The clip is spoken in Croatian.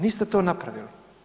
Niste to napravili.